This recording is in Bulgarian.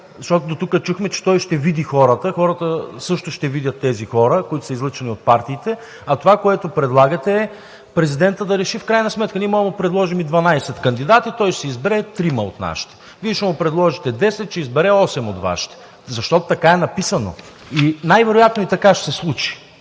защото до тук чухме, че той ще види хората, хората също ще видят тези хора, които са излъчвани от партиите, а това, което предлагате – президентът да реши в крайна сметка. Ние може да му предложим и дванадесет кандидати, той ще си избере трима от нашите. Вие ще му предложите десет, ще избере осем от Вашите, защото така е написано, или най-вероятно и така ще се случи.